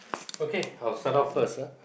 okay I will start off first ah